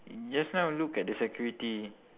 just now look at the security